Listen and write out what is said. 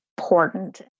important